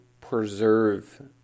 preserve